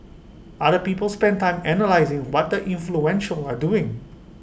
other people spend time analysing what the influential are doing